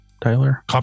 Tyler